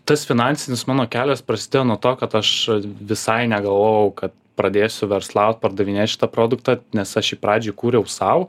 tas finansinis mano kelias prasidėjo nuo to kad aš visai negalvojau kad pradėsiu verslaut pardavinėt šitą produktą nes aš jį pradžiai kūriau sau